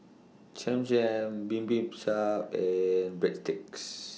Cham Cham Bibimbap and Breadsticks